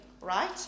right